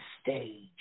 stage